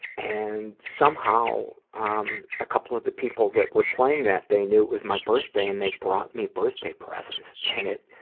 and somehow, um a couple of the people that were playing that day, knew it was my birthday, and they brought me birthday presents. and